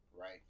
right